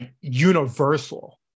universal